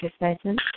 exercises